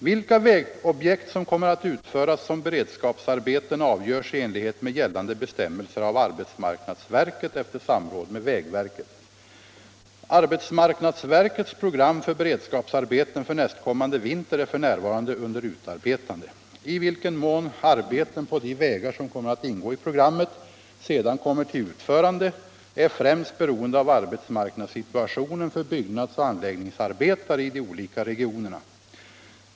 Vilka vägobjekt som kommer att utföras som beredskapsarbeten avgörs i enlighet med gällande bestämmelser av arbetsmarknadsverket efter samråd med vägverket. Arbetsmarknadsverkets program för beredskapsarbeten för nästkommande vinter är f. n. under utarbetande. I vilken mån arbeten på de vägar som kommer att ingå i programmet sedan kommer till utförande är främst beroende av arbetsmarknadssituationen för byggnadsoch anläggningsarbetare i de olika regionerna.